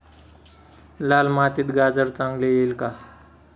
लाल मातीत गाजर चांगले येईल का?